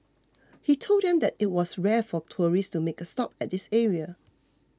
he told them that it was rare for tourists to make a stop at this area